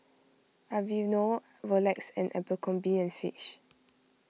Aveeno Rolex and Abercrombie and Fitch